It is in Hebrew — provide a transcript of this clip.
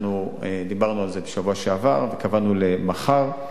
אנחנו דיברנו על זה בשבוע שעבר וקבענו למחר.